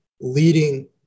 leading